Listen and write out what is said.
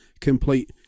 complete